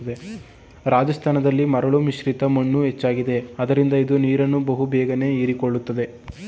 ರಾಜಸ್ಥಾನದಲ್ಲಿ ಮರಳು ಮಿಶ್ರಿತ ಮಣ್ಣು ಹೆಚ್ಚಾಗಿದೆ ಆದ್ದರಿಂದ ಇದು ನೀರನ್ನು ಬಹು ಬೇಗನೆ ಹೀರಿಕೊಳ್ಳುತ್ತದೆ